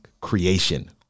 creation